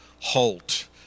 halt